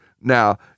Now